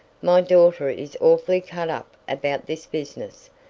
my daughter is awfully cut up about this business.